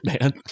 man